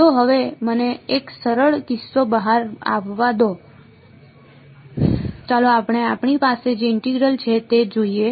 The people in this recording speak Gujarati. તો હવે મને એક સરળ કિસ્સો બહાર આવવા દો ચાલો આપણે આપણી પાસે જે ઇન્ટિગ્રલ છે તે જોઈએ